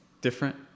different